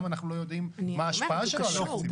אנחנו לא יודעים מה ההשפעה שלו על התקציב.